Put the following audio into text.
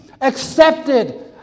accepted